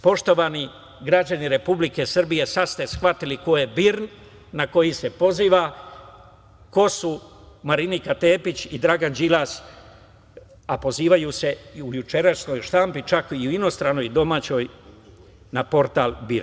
Poštovani građani Republike Srbije, sada ste shvatili ko je BIRN na koji se poziva, ko su Marinika Tepić i Dragan Đilas, a pozivaju se u jučerašnjoj štampi, čak i u inostranoj i domaćoj na portal BIRN.